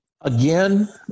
Again